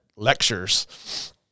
lectures